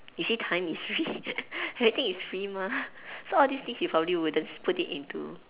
you see time is free everything is free mah so all these things you probably won't put it into